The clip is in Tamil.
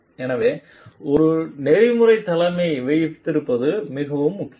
எனவே ஒரு நெறிமுறைத் தலைமையை வைத்திருப்பது மிகவும் முக்கியம்